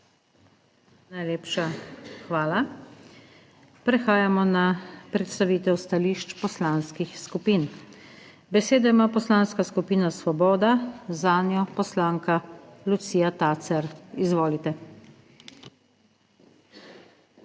Najlepša hvala. Prehajamo na predstavitev stališč poslanskih skupin. Besedo ima Poslanska skupina Svoboda, zanjo poslanka Lucija Tacer. Izvolite.